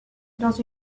dans